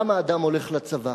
למה אדם הולך לצבא?